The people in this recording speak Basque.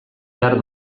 behar